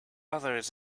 others